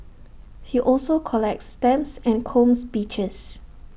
he also collects stamps and combs beaches